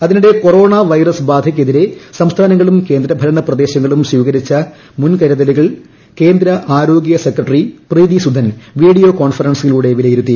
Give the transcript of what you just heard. അതിനിടെ corona virus ബാധയ്ക്കെതിരെ സംസ്ഥാനങ്ങളും കേന്ദ്ര ഭരണ പ്രദേശങ്ങളും സ്വീകരിച്ച മുൻകരുതൽ നടപടികൾ കേന്ദ്ര ആരോഗ്യ സെക്രട്ടറി പ്രീതിസുദൻ വീഡിയോ കോൺഫറൻസിംഗിലൂടെ വിലയിരുത്തി